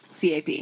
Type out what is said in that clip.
CAP